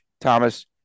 Thomas